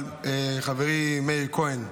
אבל, חברי מאיר כהן,